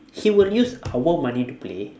he will use our money to play